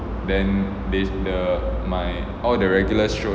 then they the my all the regulars